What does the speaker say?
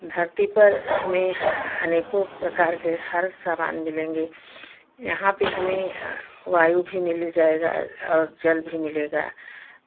धरती पर हमें अनेको प्रकार के हर सामान मिलेंगे यहाँ पे हमें वायु भी मिल जाएगा और जल भी मिलेगा